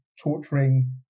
torturing